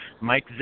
Mike